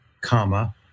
comma